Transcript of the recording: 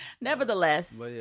Nevertheless